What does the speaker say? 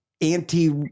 anti